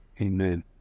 Amen